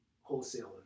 wholesaler